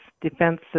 defense